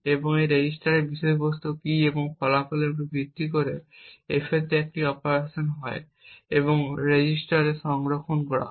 এবং এই রেজিস্টারের বিষয়বস্তু এবং কী এবং ফলাফলের উপর ভিত্তি করে F তে একটি অপারেশন হয় এবং রেজিস্টারে সংরক্ষণ করা হয়